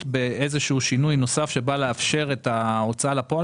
באיזשהו שינוי נוסף שבא לאפשר את ההוצאה לפועל